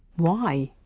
why?